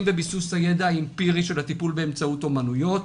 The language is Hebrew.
בביסוס הידע האמפירי של הטיפול באמצעות אומנויות.